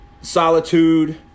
Solitude